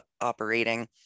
operating